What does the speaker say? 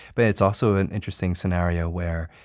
but it's also an interesting scenario where